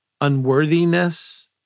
unworthiness